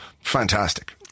fantastic